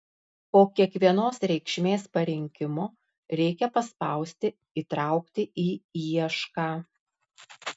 po kiekvienos reikšmės parinkimo reikia paspausti įtraukti į iešką